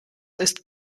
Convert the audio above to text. ist